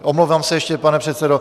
Omlouvám se ještě, pane předsedo.